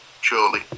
surely